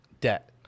debt